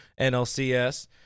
NLCS